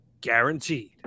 Guaranteed